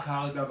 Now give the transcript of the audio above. רק ההרדמה.